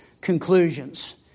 conclusions